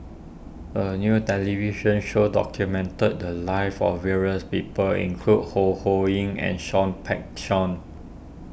a new television show documented the lives of various people including Ho Ho Ying and Seah Peck Seah